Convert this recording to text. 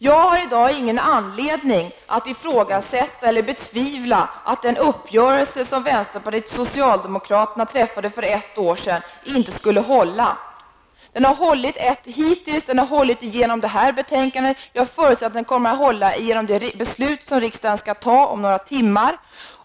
Jag har i dag ingen anledning att ifrågasätta eller betvivla att den uppgörelse som vänsterpartiet och socialdemokraterna träffade för ett år sedan kommer att hålla. Den har hållit hittills. Den har hållit genom det här betänkandet, och jag förutsätter att den kommer att hålla under de beslut som riksdagen skall fatta om några timmar.